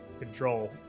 control